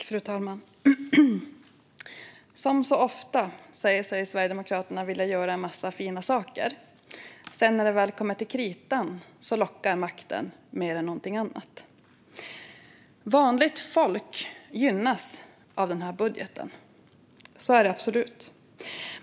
Fru talman! Som så ofta säger sig Sverigedemokraterna vilja göra en massa fina saker. Men när det väl kommer till kritan lockar makten mer än något annat. Vanligt folk gynnas av den här budgeten; så är det absolut.